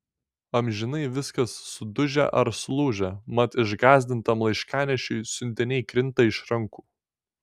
amžinai viskas sudužę ar sulūžę mat išgąsdintam laiškanešiui siuntiniai krinta iš rankų